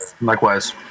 likewise